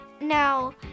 Now